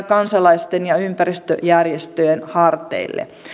kansalaisten ja ympäristöjärjestöjen harteille